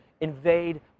invade